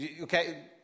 Okay